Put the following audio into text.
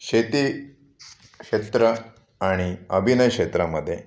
शेती क्षेत्र आणि अभिनय क्षेत्रामध्ये